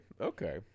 okay